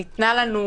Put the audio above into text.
ניתנה לנו